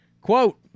Quote